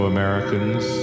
Americans